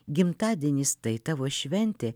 gimtadienis tai tavo šventė